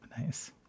Nice